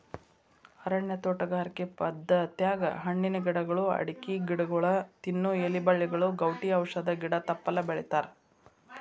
ಅರಣ್ಯ ತೋಟಗಾರಿಕೆ ಪದ್ಧತ್ಯಾಗ ಹಣ್ಣಿನ ಗಿಡಗಳು, ಅಡಕಿ ಗಿಡಗೊಳ, ತಿನ್ನು ಎಲಿ ಬಳ್ಳಿಗಳು, ಗೌಟಿ ಔಷಧ ಗಿಡ ತಪ್ಪಲ ಬೆಳಿತಾರಾ